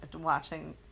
watching